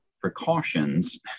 precautions